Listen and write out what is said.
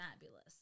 fabulous